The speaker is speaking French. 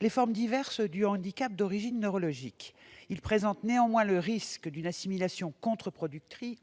les formes diverses du handicap d'origine neurologique. Elle présente néanmoins le risque d'une assimilation contre-productive